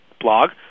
blog